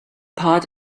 part